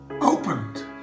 opened